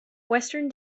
western